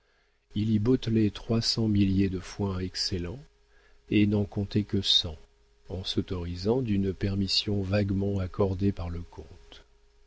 il y bottelait trois cents milliers de foin excellent et n'en comptait que cent en s'autorisant d'une permission vaguement accordée par le comte